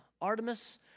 Artemis